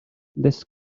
this